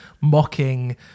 mocking